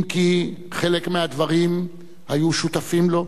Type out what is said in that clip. אם כי בחלק מהדברים היו שותפים לו,